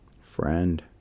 friend